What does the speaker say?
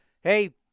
hey